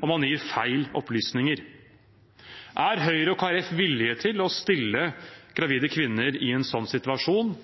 om man gir feil opplysninger. Er Høyre og Kristelig Folkeparti villige til å stille gravide kvinner i en sånn situasjon?